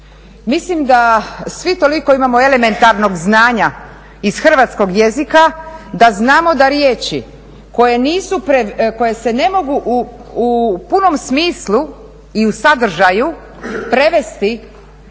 mislim da svi toliko imamo elementarnog znanja iz hrvatskog jezika da znamo da riječi koje se ne mogu u punom smislu i u sadržaju prevesti